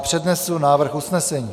Přednesu návrh usnesení: